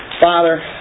Father